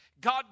God